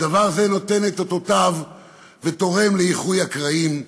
דבר זה נותן את אותותיו ותורם לאיחוי הקרעים בעם.